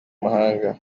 mahanga